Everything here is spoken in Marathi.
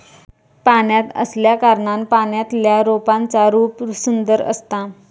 पाण्यात असल्याकारणान पाण्यातल्या रोपांचा रूप सुंदर असता